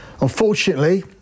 Unfortunately